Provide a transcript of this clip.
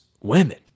women